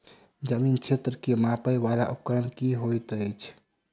जमीन क्षेत्र केँ मापय वला उपकरण की होइत अछि?